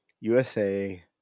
USA